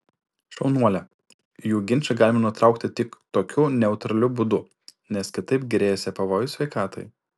šaunuolė jų ginčą galima nutraukti tik tokiu neutraliu būdu nes kitaip grėsė pavojus sveikatai